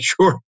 sure